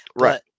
right